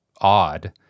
odd